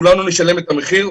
כולנו נשלם את המחיר,